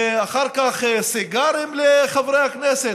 ואחר כך סיגרים לחברי הכנסת?